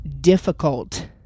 difficult